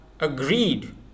agreed